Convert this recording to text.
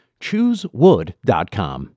Choosewood.com